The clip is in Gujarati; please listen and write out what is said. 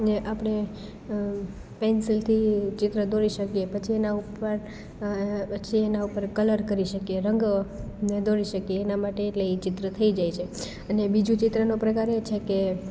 એ આપણે પેન્સિલથી ચિત્ર દોરી શકીએ પછી એના ઉપર પછી એના ઉપર કલર કરી શકીએ રંગોને દોરી શકીએ એના માટે એટલે એ ચિત્ર થઈ જાય છે અને બીજું ચિત્રનો પ્રકાર એ છે કે